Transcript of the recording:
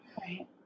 right